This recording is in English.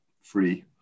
free